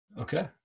Okay